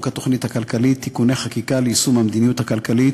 התוכנית הכלכלית (תיקוני חקיקה ליישום המדיניות הכלכלית